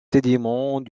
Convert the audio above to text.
sédiments